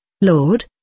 Lord